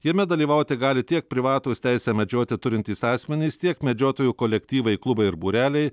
jame dalyvauti gali tiek privatūs teisę medžioti turintys asmenys tiek medžiotojų kolektyvai klubai ir būreliai